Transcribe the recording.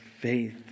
faith